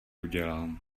udělal